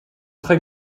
très